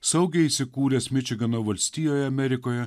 saugiai įsikūręs mičigano valstijoj amerikoje